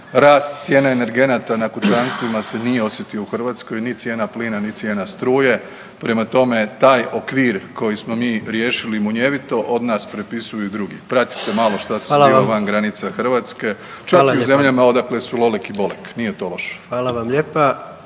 Rast cijene energenata na kućanstvima se nije osjetio u Hrvatskoj, ni cijena plina, ni cijena struje, prema tome taj okvir koji smo riješili munjevito od nas prepisuju i drugi. Pratite malo …/Upadica predsjednik: Hvala vam./… šta se zbiva van